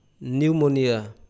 pneumonia